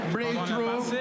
Breakthrough